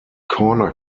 corner